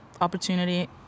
opportunity